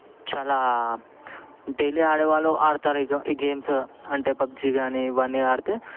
చాలా డైలీ ఆడేవాళ్ళు ఆడతారు ఈ గే గేమ్స్ అంటే పబ్జీ కాని ఇవన్నీ ఆడితే